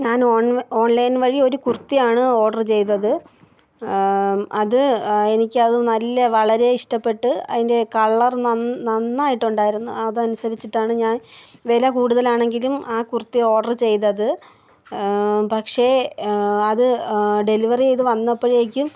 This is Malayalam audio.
ഞാൻ ഓൺലൈ ഓൺലൈൻ വഴി ഒരു കുർത്തിയാണ് ഓർഡർ ചെയ്തത് അത് എനിക്ക് നല്ല വളരെ നല്ല ഇഷ്ടപ്പെട്ട് അതിൻ്റെ കളർ നന്നായിട്ട് നന്നായിട്ടുണ്ടായിരുന്നു അതനുസരിച്ചിട്ടാണ് ഞാൻ വില കൂടുതലാണെങ്കിലും ആ കുർത്തി ഓർഡാറു ചെയ്തത് പക്ഷേ അത് ഡെലിവെറി ചെയ്ത് വന്നപ്പോഴേക്കും